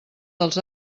dels